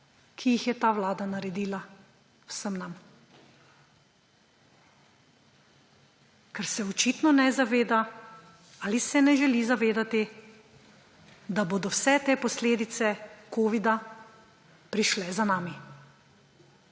ki jih je ta vlada naredila vsem nam, ker se očitno ne zaveda ali se ne želi zavedati, da bodo vse te posledice covida prišle za nami.